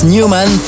Newman